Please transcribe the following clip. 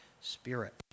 Spirit